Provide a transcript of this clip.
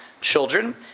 children